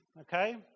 Okay